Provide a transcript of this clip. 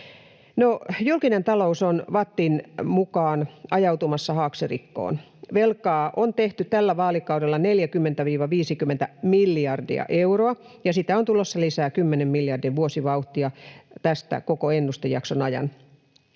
Julkinen talous on VATTin mukaan ajautumassa haaksirikkoon. Velkaa on tehty tällä vaalikaudella 40—50 miljardia euroa, ja sitä on tulossa lisää 10 miljardin vuosivauhtia koko ennustejakson ajan.